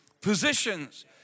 positions